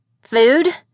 Food